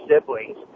siblings